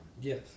yes